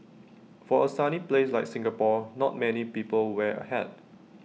for A sunny place like Singapore not many people wear A hat